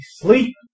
sleep